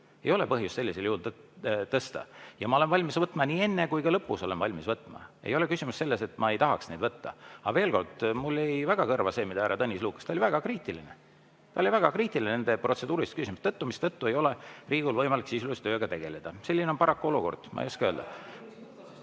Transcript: Ei ole põhjust sellisel juhul tõsta. Ma olen valmis võtma, nii enne kui ka lõpus olen valmis võtma. Ei ole küsimus selles, et ma ei tahaks neid võtta. Aga veel kord, mulle jäi väga kõrva see, mida härra Tõnis Lukas [ütles], ta oli väga kriitiline. Ta oli väga kriitiline nende protseduuriliste küsimuste pärast, mistõttu ei ole Riigikogul võimalik sisulise tööga tegeleda. Selline on paraku olukord. Ma ei oska öelda.